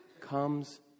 comes